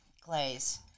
glaze